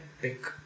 pick